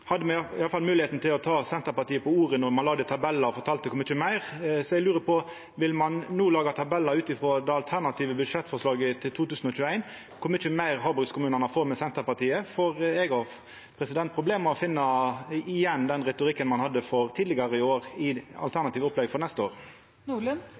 hadde me iallfall moglegheita til å ta Senterpartiet på ordet når ein laga tabellar og fortalde om kor mykje meir. Eg lurer på: Vil ein no laga tabellar ut frå det alternative budsjettforslaget for 2021 over kor mykje meir havbrukskommunane får med Senterpartiet? Eg har problem med å finna igjen den retorikken ein hadde tidlegare i år, i